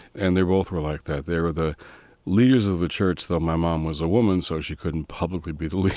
and they both were like that. they were the leaders of the church, though, my mom was a woman, so she couldn't publicly be the leader,